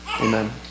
Amen